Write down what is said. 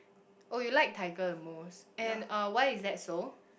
oh you like tiger the most and uh why is that so